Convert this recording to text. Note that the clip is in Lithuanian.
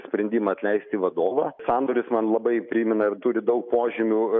sprendimą atleisti vadovą sandoris man labai primena ir turi daug požymių